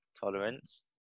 tolerance